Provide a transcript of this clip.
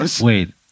Wait